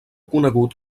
conegut